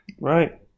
Right